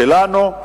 שלנו,